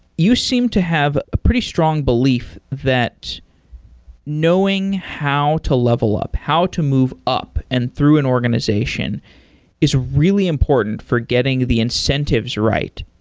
you seem to have a pretty strong belief that knowing how to level up, how to move up and through an organization is really important for getting the incentives right,